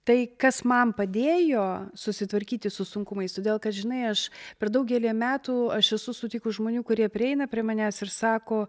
tai kas man padėjo susitvarkyti su sunkumais todėl kad žinai aš per daugelį metų aš esu sutikus žmonių kurie prieina prie manęs ir sako